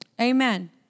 amen